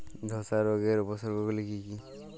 ধসা রোগের উপসর্গগুলি কি কি?